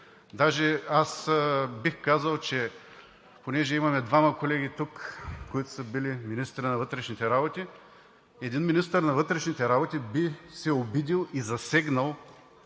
Даже бих казал, понеже имаме двама колеги тук, които са били министри на вътрешните работи, един министър на вътрешните работи би се обидил и засегнал